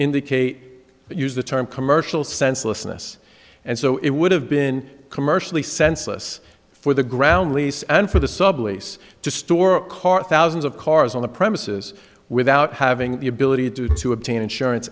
indicate that use the term commercial senselessness and so it would have been commercially senseless for the ground lease and for the sublease to store a car thousands of cars on the premises without having the ability to to obtain insurance